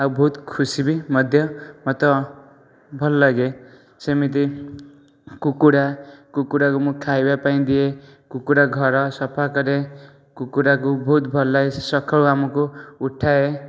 ଆଉ ବହୁତ ଖୁସି ବି ମଧ୍ୟ ମୋତେ ଭଲ ଲାଗେ ସେମିତି କୁକୁଡ଼ା କୁକୁଡ଼ାକୁ ମୁଁ ଖାଇବା ପାଇଁ ଦିଏ କୁକୁଡ଼ା ଘର ସଫା କରେ କୁକୁଡ଼ାକୁ ବହୁତ ଭଲ ଲାଗେ ସେ ସକାଳୁ ଆମକୁ ଉଠାଏ